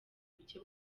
bucye